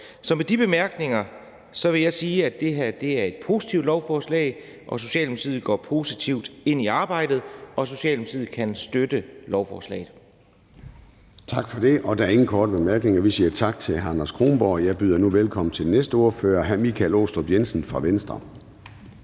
Så med de bemærkninger vil jeg sige, at det her er et positivt lovforslag, og Socialdemokratiet går positivt ind i arbejdet. Socialdemokratiet kan støtte lovforslaget. Kl. 10:44 Formanden (Søren Gade): Tak for det. Der er ingen korte bemærkninger, så vi siger tak til hr. Anders Kronborg. Og jeg byder nu velkommen til næste ordfører, hr. Michael Aastrup Jensen fra Venstre.